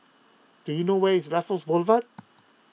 do you know where is Raffles Boulevard